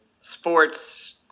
sports